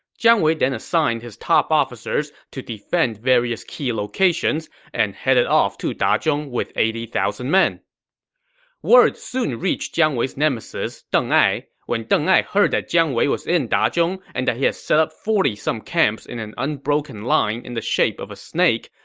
jiang wei then assigned his top officers to defend various key locations and headed off to dazhong with eighty thousand men word soon reached jiang wei's nemesis deng ai. when deng ai heard that jiang wei was in dazhong and that he had set up forty some camps in an unbroken line in the shape of a snake,